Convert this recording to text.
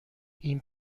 این